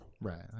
Right